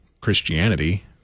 Christianity